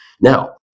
Now